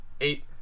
Eight